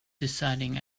deciding